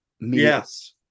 Yes